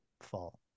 fall